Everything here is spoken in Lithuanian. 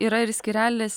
yra ir skyrelis